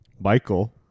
Michael